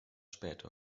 später